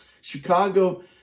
Chicago